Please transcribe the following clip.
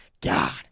God